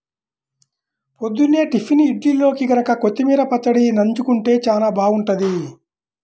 పొద్దున్నే టిఫిన్ ఇడ్లీల్లోకి గనక కొత్తిమీర పచ్చడి నన్జుకుంటే చానా బాగుంటది